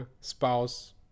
spouse